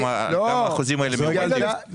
יש מחקר על זה.